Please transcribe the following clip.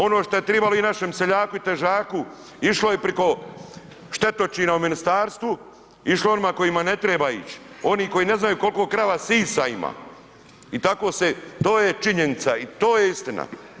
Ono što je trebalo i našem seljaku i težaku išlo je preko štetočina u ministarstvu, išlo je onima kojima ne treba ići, oni koji ne znaju koliko krava sisa ima i tako se, to je činjenica i to je istina.